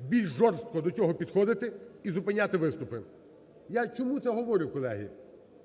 більш жорстко до цього підходити і зупиняти виступи. Я чому це говорю, колеги?